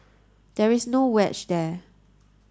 there is no wedge there